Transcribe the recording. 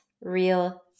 real